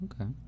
okay